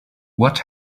what